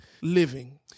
living